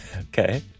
Okay